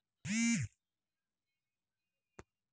साधारण लोकेसले संस्थागत उद्योजकसना बारामा जास्ती माहिती नयी